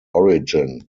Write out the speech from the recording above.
origin